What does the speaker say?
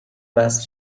وصل